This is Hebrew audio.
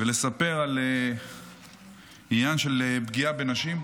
ולספר על עניין של פגיעה בנשים,